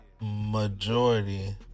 majority